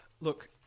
look